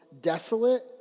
desolate